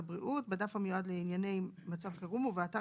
בדף המיועד לענייני מצב חירום ובאתר